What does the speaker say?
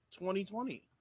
2020